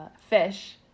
Fish